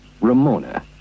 Ramona